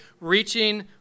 reaching